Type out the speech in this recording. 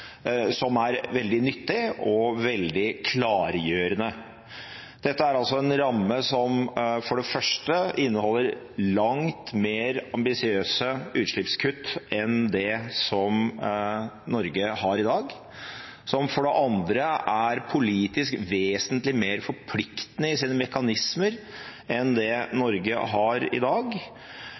som er veldig nyttig og veldig klargjørende. Dette er en ramme som for det første inneholder langt mer ambisiøse utslippskutt enn det som Norge har i dag, som for det andre er politisk vesentlig mer forpliktende i sine mekanismer enn det Norge har i dag,